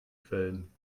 quellen